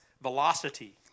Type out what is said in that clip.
velocity